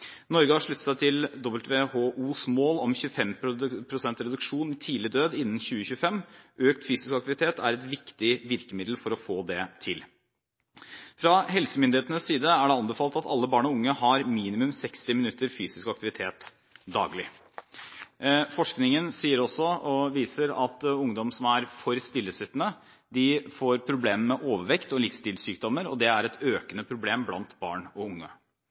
Norge har sluttet seg til WHOs mål om 25 pst. reduksjon i tidlig død innen 2025. Økt fysisk aktivitet er et viktig virkemiddel for å få det til. Fra helsemyndighetene side er det anbefalt at alle barn og unge har minimum 60 minutter med fysisk aktivitet daglig. Forskningen viser at ungdom som er for stillesittende, får problemer med overvekt og livsstilssykdommer. Det er et økende problem blant barn og unge.